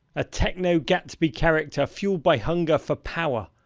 a techno gatsby character fueled by hunger for power,